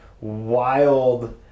wild